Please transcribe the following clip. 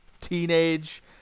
teenage